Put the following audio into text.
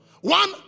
One